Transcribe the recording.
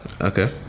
Okay